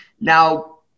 Now